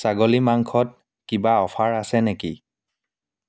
ছাগলী মাংসত কিবা অফাৰ আছে নেকি